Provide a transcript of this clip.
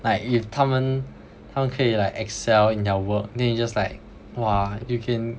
like if 他们他们可以 like excel in their work then you just like !wah! you can